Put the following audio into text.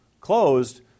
closed